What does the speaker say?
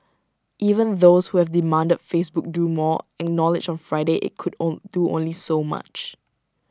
even those who have demanded Facebook do more in knowledge on Friday IT could own do only so much